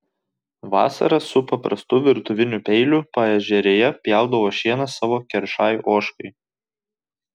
vasarą su paprastu virtuviniu peiliu paežerėje pjaudavo šieną savo keršai ožkai